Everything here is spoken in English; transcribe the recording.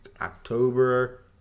October